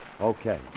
Okay